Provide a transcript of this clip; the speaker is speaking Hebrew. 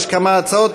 יש כמה הצעות,